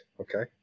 okay